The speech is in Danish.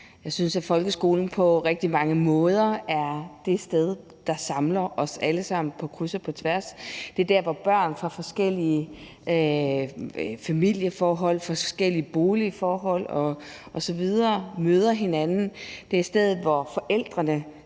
Jeg synes, at folkeskolen på rigtig mange måder er det sted, der samler os alle sammen på kryds og tværs. Det er der, hvor børn med forskellige familieforhold, forskellige boligforhold osv. møder hinanden. Det er stedet, hvor forældrene